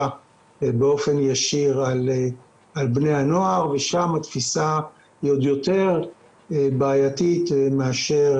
באופן ישיר על בני הנוער ושם התפיסה היא עוד יותר בעייתית מאשר